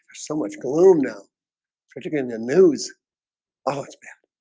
so much gloom. no trick to getting the news oh,